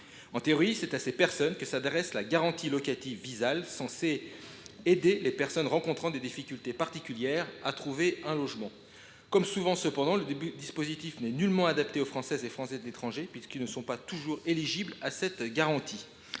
En théorie, c’est à ces personnes qu’est destinée la garantie locative Visale, censée aider les personnes rencontrant des difficultés particulières à trouver un logement. Comme souvent cependant, le dispositif n’est nullement adapté aux Français et Français de l’étranger, puisque ceux ci ne sont pas toujours éligibles à cette garantie.